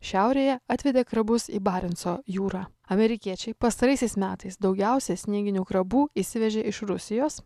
šiaurėje atvedė krabus į barenco jūrą amerikiečiai pastaraisiais metais daugiausia snieginių krabų įsivežė iš rusijos